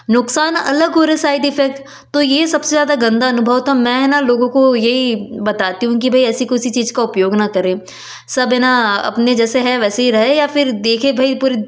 नुकसान अलग हो रहे साइद इफ्फेक्ट तो ये सबसे ज़्यादा गन्दा अनुभव था मैं न लोगों को यही बताती हूँ कि भाई ऐसी कोई सी चीज का उपयोग न करें सब है न अपने जैसे है वैसे ही रहे या फिर देखे भाई